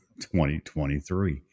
2023